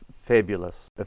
fabulous